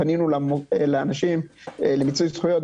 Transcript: פנינו לאנשים כדי למצות זכויות,